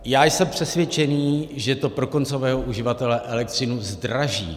Já jsem přesvědčen, že to pro koncového uživatele elektřinu zdraží.